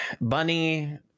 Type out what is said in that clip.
Bunny